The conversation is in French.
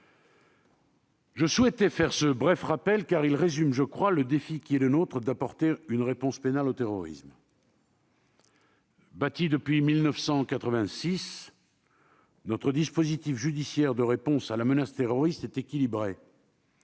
Je souhaitais faire ce bref rappel, car il résume le défi qui est le nôtre : apporter une réponse pénale au terrorisme. Bâti depuis 1986, notre dispositif judiciaire de réponse à la menace terroriste est équilibré.